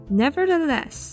nevertheless